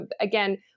again